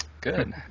Good